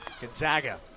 Gonzaga